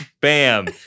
Bam